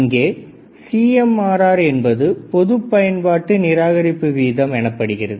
இங்கே CMRR என்பது பொதுப் பயன்பாட்டு நிராகரிப்பு வீதம் எனப்படுகிறது